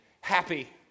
happy